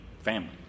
family